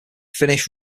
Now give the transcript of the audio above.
finish